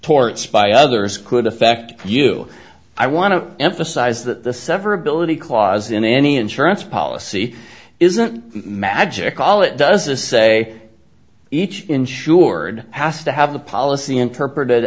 torts by others could affect you i want to emphasize that the severability clause in any insurance policy isn't magic all it does a say each insured has to have the policy interpreted